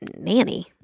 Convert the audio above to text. nanny